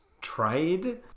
trade